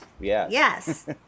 yes